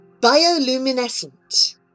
Bioluminescent